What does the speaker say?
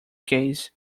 case